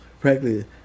practically